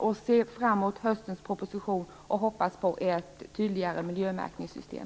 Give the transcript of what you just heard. Jag ser fram mot höstens proposition och hoppas på ett tydligare miljömärkningssystem.